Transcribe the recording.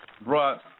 brought